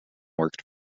worked